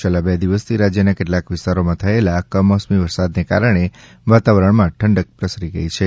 છેલ્લા બે દિવસથી રાજ્યના કેટલાંક વિસ્તારોમાં થયેલા કમોસમી વરસાદને કારણે વાતાવરણમાં ઠંડક પ્રસરી ગઇ છે